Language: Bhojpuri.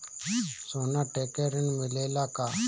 सोना देके ऋण मिलेला का?